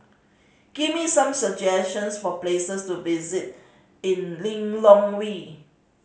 give me some suggestions for places to visit in Lilongwe